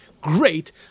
great